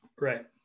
Right